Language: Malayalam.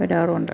വരാറുമുണ്ട്